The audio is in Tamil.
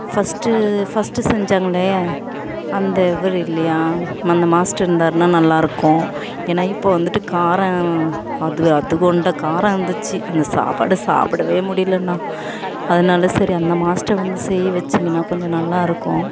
ஃபர்ஸ்ட்டு ஃபர்ஸ்ட்டு செஞ்சாங்களே அந்த இவர் இல்லையா அந்த மாஸ்டர் இருந்தாருனால் நல்லாயிருக்கும் ஏன்னா இப்போ வந்துட்டு காரம் அது அதுக்கொண்ட காரம் இருந்துச்சு அந்த சாப்பாடை சாப்பிடவே முடியலைண்ணா அதனால சரி அந்த மாஸ்டர் வந்து செய்ய வச்சிங்கன்னா கொஞ்சம் நல்லாயிருக்கும்